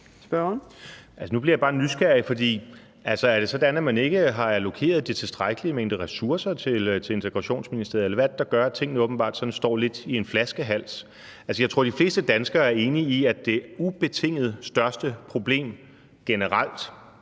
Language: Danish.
Nu bliver jeg bare nysgerrig, for er det sådan, at man ikke har allokeret den tilstrækkelige mængde ressourcer til Integrationsministeriet? Eller hvad er det, der gør, at tingene åbenbart er lidt i en flaskehals? Jeg tror jo, de fleste danskere er enige i, at det ubetinget største problem generelt